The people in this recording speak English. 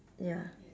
ya